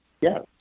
yes